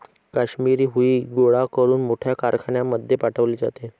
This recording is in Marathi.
काश्मिरी हुई गोळा करून मोठ्या कारखान्यांमध्ये पाठवले जाते